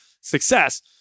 success